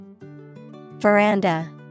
Veranda